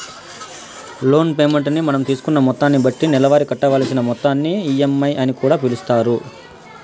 loan payment ని మనం తీసుకున్న మొత్తాన్ని బట్టి నెలవారీ కట్టవలసిన మొత్తాన్ని ఈ.ఎం.ఐ అని కూడా పిలుస్తారు